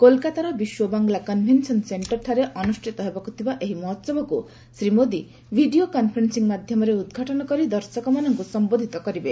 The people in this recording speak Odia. କୋଲକାତାର ବିଶ୍ୱ ବାଙ୍ଗ୍ଲା କନ୍ଭେନ୍ସନ ସେଣ୍ଟରଠାରେ ଅନୁଷ୍ଠିତ ହେବାକୁଥିବା ଏହି ମହୋସବକୁ ଶ୍ରୀ ମୋଦି ଭିଡ଼ିଓ କନ୍ଫରେନ୍ସିଂ ମାଧ୍ୟମରେ ଉଦ୍ଘାଟନ କରି ଦର୍ଶକମାନଙ୍କୁ ସମ୍ଘୋଧିତ କରିବେ